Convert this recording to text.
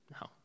No